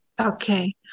Okay